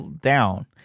down